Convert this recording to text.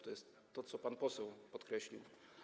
To jest to, co pan poseł podkreślił.